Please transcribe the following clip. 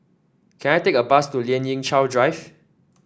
can I take a bus to Lien Ying Chow Drive